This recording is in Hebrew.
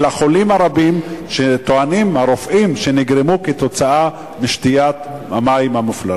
החולים הרבים שהרופאים טוענים שגרמה להם שתיית המים המופלרים.